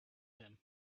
him